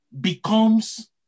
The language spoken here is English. becomes